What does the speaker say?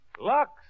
Lux